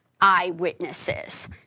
eyewitnesses